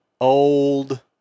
old